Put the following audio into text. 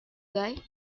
guy